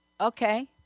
okay